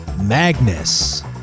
Magnus